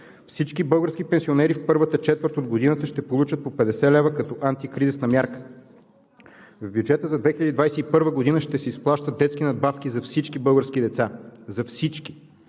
Всички български пенсионери в първата четвърт от годината ще получат по 50 лв. като антикризисна мярка. В бюджета за 2021 г. ще се изплащат детски надбавки за всички български деца. За всички!